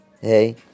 hey